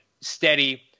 steady